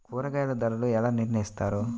కూరగాయల ధరలు ఎలా నిర్ణయిస్తారు?